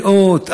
מאות,